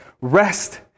rest